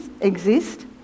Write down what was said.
exist